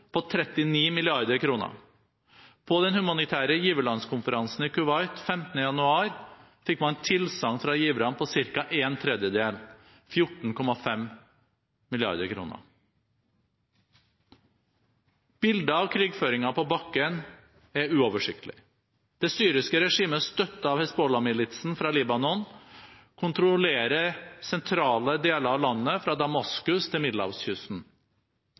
på 39 mrd. kr. På den humanitære giverlandskonferansen i Kuwait 15. januar fikk man tilsagn fra giverne på ca. en tredjedel – 14,5 mrd. kr. Bildet av krigføringen på bakken er uoversiktlig. Det syriske regimet, støttet av Hizbollah-militsen fra Libanon, kontrollerer sentrale deler av landet fra Damaskus til middelhavskysten.